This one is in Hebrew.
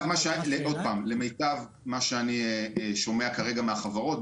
למיטב מה שאני שומע כרגע מהחברות,